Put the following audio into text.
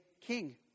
king